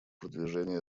продвижения